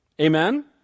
amen